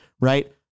right